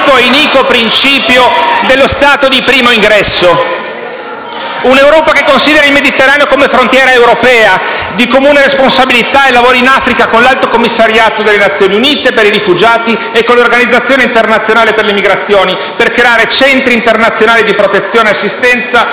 l'obsoleto e iniquo principio dello Stato di primo ingresso; un'Europa che consideri il Mediterraneo come frontiera europea di comune responsabilità e lavori in Africa con l'Alto commissariato delle Nazioni Unite per i rifugiati e con l'Organizzazione internazionale per le migrazioni per creare centri internazionali di protezione e assistenza